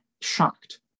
shocked